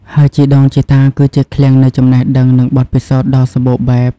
ហើយជីដូនជីតាគឺជាឃ្លាំងនៃចំណេះដឹង និងបទពិសោធន៍ដ៏សម្បូរបែប។